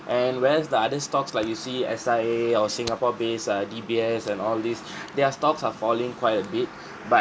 and whereas the other stocks like you see S_I_A or singapore based uh D_B_S and all these their stocks are falling quite a bit but